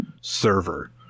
server